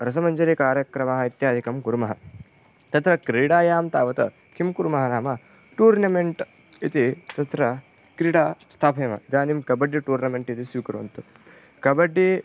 रसमञ्जरिकार्यक्रमः इत्यादिकं कुर्मः तत्र क्रीडायां तावत् किं कुर्मः नाम टूर्नमेण्ट् इति तत्र क्रीडा स्थापयामः इदानीं कबड्डि टूर्नमेण्ट् इति स्वीकुर्वन्तु कबड्डी